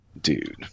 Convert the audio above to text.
dude